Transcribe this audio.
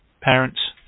Parents